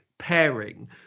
Pairing